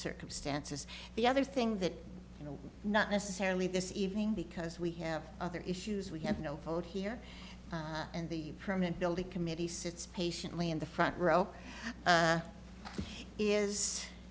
circumstances the other thing that you know not necessarily this evening because we have other issues we have no vote here and the permanent building committee sits patiently in the front row